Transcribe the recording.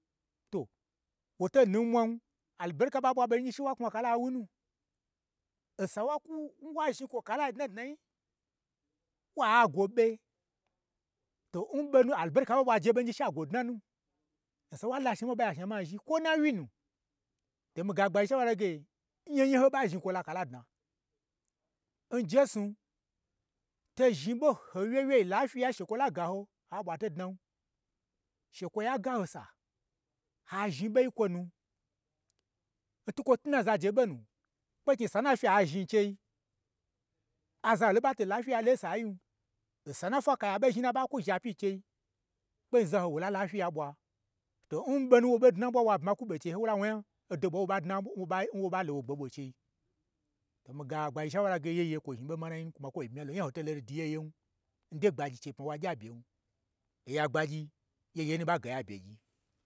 To, woto nun mwan, ana berika nɓa ɓwa ɓe ngye she wa knwa kala n wunu, osa n wa kwun wa zhni kwon kalai dnadnayi, wa gwoɓe, to n ɓonu anabarika n ɓaje ɓen gye sha gwo dnau. Osa n wala shnama, ho ɓa gye ashnama zhi, kw n nawyi nu, to miga gbnagyi shaura loge, n nya ho nyako yi n ho ɓa zhni kwo lakala dna, njesnu, to zhni ɓon ho wye wyei n lafyiyai n shekwoyi la gaho ha ɓwato dnan, shekwoyi haga ho sa ha zhni ɓei n kwonu, n twukwo twu n na zaje ɓonu, kpe knyi nsa n nafyi a azhni nchei, aza holo n ɓato n lafyiya lo n sa yin, nsa nna fwa kaya ɓozhi, n na ɓa kwo zha pyi n chei, kpe zaho wo ka lafyiya ɓwa, ton ɓonu nwo ɓo dnaɓwa wa bma kwu ɓe n chei, wola wo nya odo ɓwa dna n wo ɓanwo ɓa low gbe ɓwo n chei, to miga gbagyi shaura ge yeye kwo zhni ɓomanai nu kwuma kwo bmyalo, nya ho to lo ndwu yeyen, n dai gbagyi chei pma wa gya byen, oya gbagyi yeye nu ɓa gayi abyegyi.